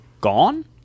gone